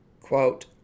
Quote